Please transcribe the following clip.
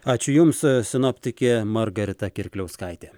ačiū jums sinoptikė margarita kirkliauskaitė